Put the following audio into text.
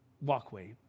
walkway